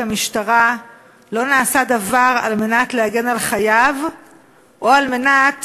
המשטרה לא נעשה דבר על מנת להגן על חייו או על מנת